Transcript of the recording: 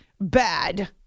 bad